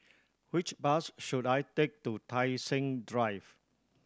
which bus should I take to Tai Seng Drive